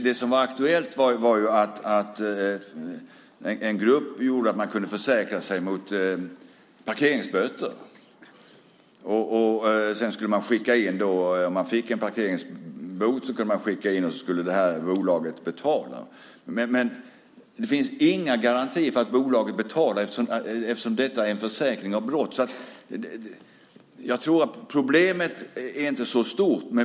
Det som var aktuellt var att man hos ett bolag kunde försäkra sig mot parkeringsböter. Och om man fick en parkeringsbot så kunde man skicka in den till detta bolag som skulle betala den. Men det finns inga garantier för att bolaget betalar eftersom detta är en försäkring mot brott. Problemet är inte så stort.